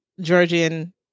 Georgian